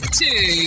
two